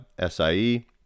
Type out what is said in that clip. SIE